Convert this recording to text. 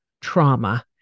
trauma